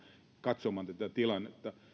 katsomaan tätä tilannetta